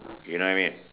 you know what I mean